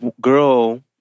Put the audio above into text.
girl